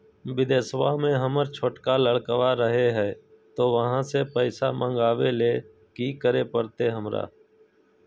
बिदेशवा में हमर छोटका लडकवा रहे हय तो वहाँ से पैसा मगाबे ले कि करे परते हमरा?